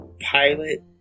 pilot